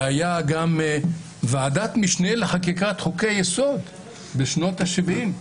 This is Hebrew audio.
הייתה ועדת משנה לחקיקת חוקי יסוד בשנות השבעים.